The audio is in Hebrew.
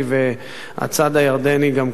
והצד הירדני גם כן,